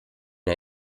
ihr